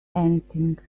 anything